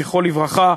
זכרו לברכה.